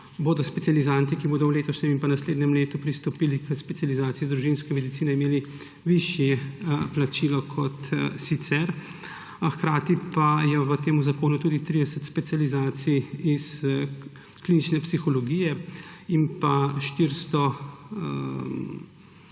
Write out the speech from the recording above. da bodo imeli specializanti, ki bodo v letošnjem in naslednjem letu pristopili k specializaciji družinske medicine, višje plačilo kot sicer, hkrati pa je v tem zakonu tudi 30 specializacij iz klinične psihologije in 400